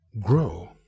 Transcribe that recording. grow